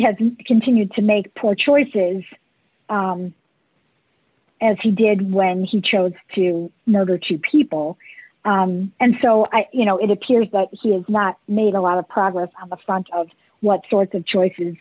has continued to make poor choices as he did when he chose to murder two people and so i you know it appears that he has not made a lot of progress on the front of what sorts of choices